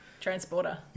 transporter